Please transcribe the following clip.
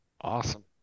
Awesome